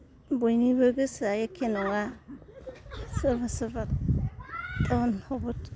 बयनिबो गोसोआ एखे नङा सोरबा सोरबा टाउन सहर